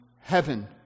heaven